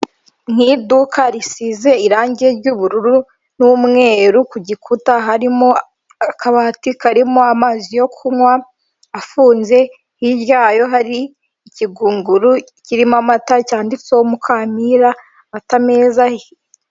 Ni iduka risize irangi ry'ubururu n'umweru ku gikuta, harimo akabati karimo amazi yo kunywa afunze, hirya yayo hari ikigunguru kirimo amata cyanditseho Mukamira amata meza.